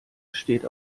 steht